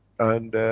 and.